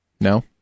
No